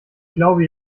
glaube